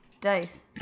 dice